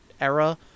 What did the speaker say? era